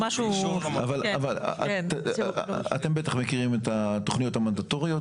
אבל אתם בטח מכירים את התוכניות המנדטוריות,